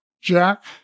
Jack